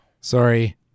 Sorry